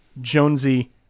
jonesy